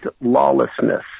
lawlessness